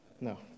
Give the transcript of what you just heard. No